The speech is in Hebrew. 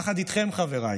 יחד איתכם, חבריי,